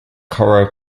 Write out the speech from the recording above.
coro